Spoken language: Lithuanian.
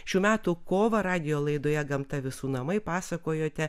šių metų kovą radijo laidoje gamta visų namai pasakojote